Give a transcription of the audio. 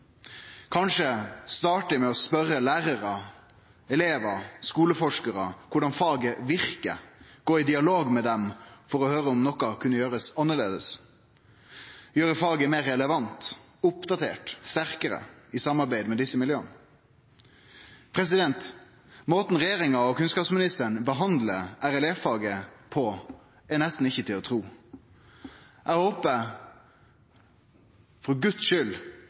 Kanskje skulle ein starte med å spørje lærarar, elevar og skuleforskarar om korleis faget verkar, og gå i dialog med dei for å høyre om noko kunne gjerast annleis – og gjere faget meir relevant, oppdatert og sterkare i samarbeid med desse miljøa. Måten regjeringa og kunnskapsministeren behandlar RLE-faget på, er nesten ikkje til å tru. Eg håpar – for